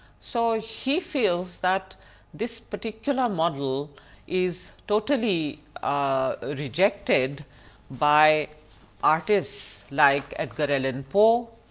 so he feels that this particular module is totally ah rejected by artists like edgar allan poe.